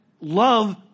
love